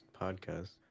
podcast